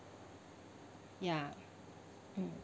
ya mm